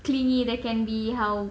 clingy they can be how